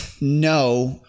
no